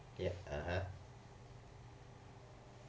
ya (uh huh)